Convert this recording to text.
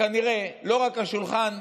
כנראה לא רק השולחן,